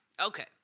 Okay